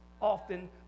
often